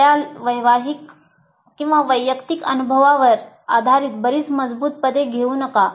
आपल्या वैयक्तिक अनुभवांवर आधारित बरीच मजबूत पदे घेऊ नका